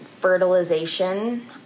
fertilization